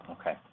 Okay